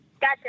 Gotcha